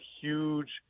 huge